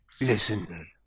Listen